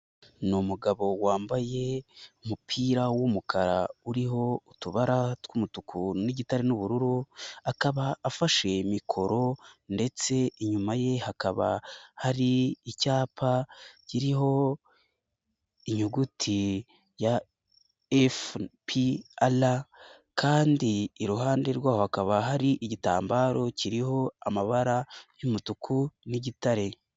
Ni umugabo wambaye umupira w'umukara uriho utubara tw'umutuku n'igitare n'ubururu, akaba afashe mikoro, ndetse inyuma ye hakaba hari icyapa kiriho inyuguti ya FPR, kandi iruhande rwaho hakaba hari igitambaro kiriho amabara y'umutuku n'igitare.